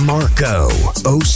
Marco